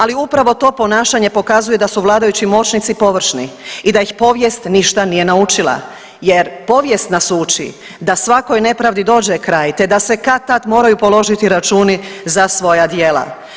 Ali upravo to ponašanje pokazuje da su vladajući moćnici površni i da ih povijest ništa nije naučila jer povijest nas uči da svakoj nepravdi dođe kraj te da se kad-tad moraju položiti računi za svoja djela.